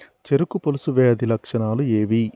చెరుకు పొలుసు వ్యాధి లక్షణాలు ఏవి?